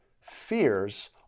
fears